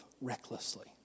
recklessly